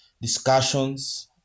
discussions